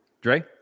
Dre